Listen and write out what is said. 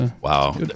Wow